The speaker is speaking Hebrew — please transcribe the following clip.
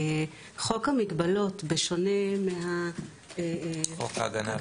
חוק המגבלות, בשונה -- מחוק ההגנה.